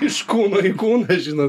iš kūno į kūną žino